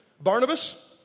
Barnabas